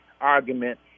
argument